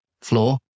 floor